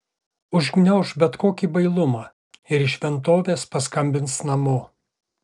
užgniauš bet kokį bailumą ir iš šventovės paskambins namo